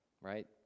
right